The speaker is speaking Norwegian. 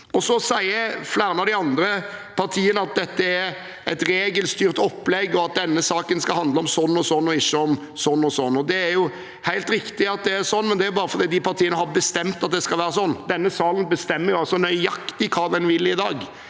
det fra flere av de andre partiene at dette er et regelstyrt opplegg, og at denne saken skal handle om sånn og sånn, og ikke om sånn og sånn. Det er helt riktig, men det er bare fordi de partiene har bestemt at det skal være sånn. Denne salen bestemmer nøyaktig hva den vil i dag.